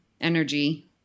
energy